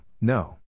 no